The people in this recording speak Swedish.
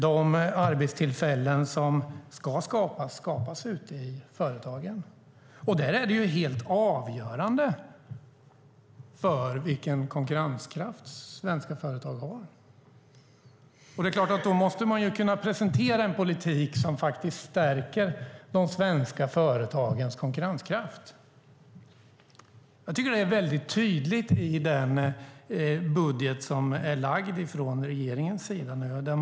De arbetstillfällen som ska skapas skapas i företagen. Det är helt avgörande vilken konkurrenskraft svenska företag har. Man måste kunna presentera en politik som stärker de svenska företagens konkurrenskraft. Det är tydligt i den budget som regeringen har lagt.